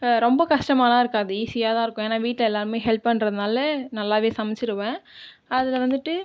ரொம்ப கஷ்டமாலாம் இருக்காது ஈஸியாதான் இருக்கும் ஏன்னா வீட்டில் எல்லாருமே ஹெல்ப் பண்றதனால நல்லாவே சமைச்சிருவேன் அதில் வந்துட்டு